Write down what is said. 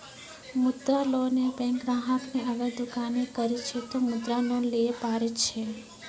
मुद्रा लोन ये बैंक ग्राहक ने अगर दुकानी करे छै ते मुद्रा लोन लिए पारे छेयै?